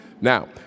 Now